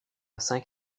cinq